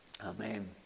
Amen